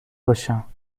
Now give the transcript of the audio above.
باشم